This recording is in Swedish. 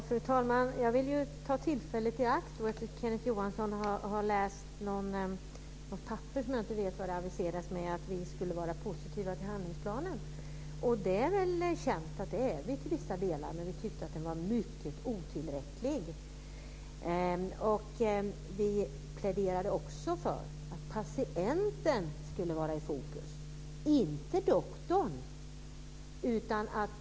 Fru talman! Jag vill ta tillfället i akt då Kenneth Johansson säger att han läst något papper där det aviseras att vi skulle vara positiva till handlingsplanen. Det är känt att vi är det till vissa delar, men vi tyckte att den var mycket otillräcklig. Vi pläderade också för att patienten skulle vara i fokus, inte doktorn.